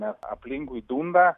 nes aplinkui dunda